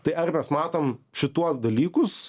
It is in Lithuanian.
tai ar mes matom šituos dalykus